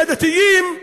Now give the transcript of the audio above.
לדתיים,